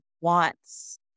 wants